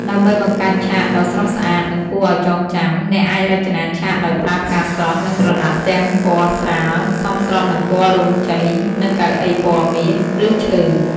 ដើម្បីបង្កើតឆាកដ៏ស្រស់ស្អាត និងគួរឱ្យចងចាំ អ្នកអាចរចនាឆាកដោយប្រើផ្កាស្រស់ និងក្រណាត់ផ្ទាំងពណ៌ស្រាល សមស្របនឹងពណ៌រោងជ័យ និងកៅអីពណ៌មាស ឬឈើ។